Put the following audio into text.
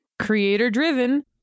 Creator-driven